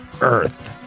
Earth